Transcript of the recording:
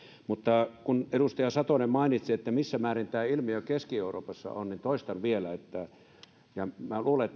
mutta kun edustaja satonen mainitsi siitä missä määrin tätä ilmiötä on keski euroopassa niin toistan vielä ja minä luulen